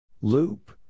Loop